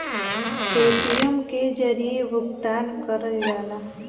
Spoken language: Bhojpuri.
पेटीएम के जरिये भुगतान करल जाला